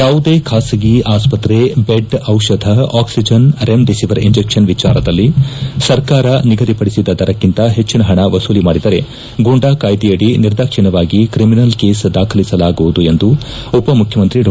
ಯಾವುದೇ ಖಾಸಗಿ ಆಸ್ಪತ್ರೆ ಬೆಡ್ ಔಷಧ ಆಕ್ಸಿಜನ್ ರೆಮಿಡಿಸಿವಿರ್ ಇಂಜೆಕ್ಷನ್ ವಿಚಾರದಲ್ಲಿ ಸರ್ಕಾರ ನಿಗದಿಪಡಿಸಿದ ದರಕ್ಕಿಂತ ಹೆಜ್ಜಿನ ಹಣ ವಸೂಲಿ ಮಾಡಿದರೆ ಗೂಂಡಾ ಕಾಯ್ವೆಯಡಿ ನಿರ್ದಾಕ್ಷಿಣ್ಯವಾಗಿ ಕ್ರಿಮಿನಲ್ ಕೇಸ್ ದಾಖಲಿಸಲಾಗುವುದು ಎಂದು ಉಪ ಮುಖ್ಯಮಂತ್ರಿ ಡಾ